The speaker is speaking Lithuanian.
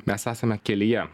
mes esame kelyje